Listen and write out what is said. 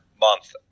month